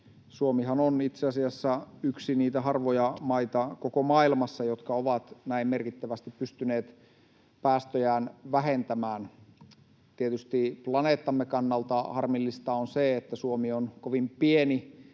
Suomihan on itse asiassa koko maailmassa yksi niitä harvoja maita, jotka ovat näin merkittävästi pystyneet päästöjään vähentämään. Tietysti planeettamme kannalta harmillista on se, että Suomi on kovin pieni